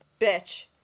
bitch